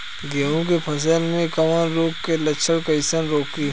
गेहूं के फसल में कवक रोग के लक्षण कईसे रोकी?